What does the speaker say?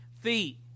feet